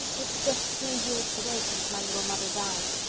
it's just three years today since my little mother died.